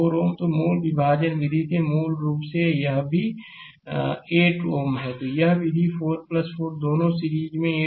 तो मूल विभाजन विधि से मूल रूप से यह भी 8 Ω है यह भी 4 4 है दोनों सीरीज 8 Ω में हैं